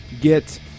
get